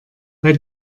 bei